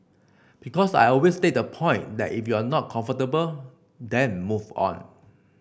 because I always take the point that if you're not comfortable then move on